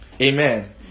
Amen